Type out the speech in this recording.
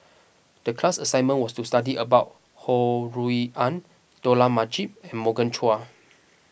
the class assignment was to study about Ho Rui An Dollah Majid and Morgan Chua